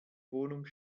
wohnung